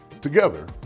Together